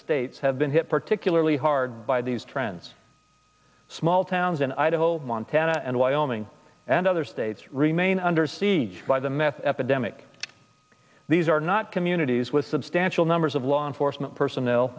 states have been hit particularly hard by these trends small towns in idaho montana and wyoming and other states remain under siege by the meth epidemic these are not communities with substantial numbers of law enforcement personnel